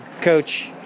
Coach